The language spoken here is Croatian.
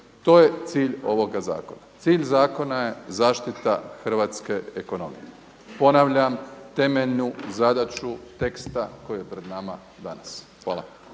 To je cilj ovoga zakona. Cilj zakona je zaštite hrvatske ekonomije. Ponavljam, temeljnu zadaću teksta koji je pred nama danas. Hvala.